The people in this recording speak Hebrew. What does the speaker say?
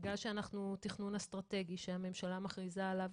בגלל שאנחנו תכנון אסטרטגי שהממשלה מכריזה עליו,